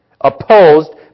opposed